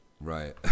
right